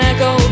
Echo